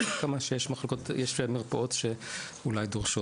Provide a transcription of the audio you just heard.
יש עוד כמה שיש בהם מרפאות שאולי דורשות